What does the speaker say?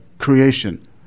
creation